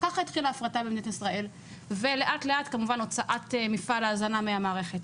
ככה החלה ההפרטה במדינת ישראל ולאט-לאט הוצאת מפעל ההזנה מהמערכת.